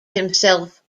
himself